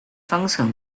方程